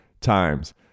times